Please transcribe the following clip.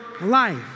life